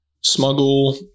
smuggle